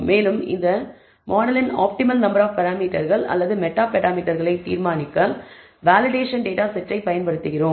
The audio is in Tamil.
மேலும் இந்த மாடலின் ஆப்டிமல் நம்பர் ஆப் பராமீட்டர்கள் அல்லது மெட்டா பராமீட்டர்களை தீர்மானிக்க வேலிடேஷன் டேட்டா செட்டை பயன்படுத்துகிறோம்